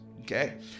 okay